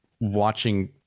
watching